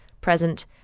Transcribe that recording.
present